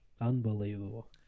Unbelievable